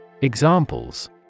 Examples